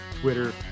Twitter